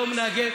כל השנה?